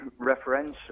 referential